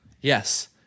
Yes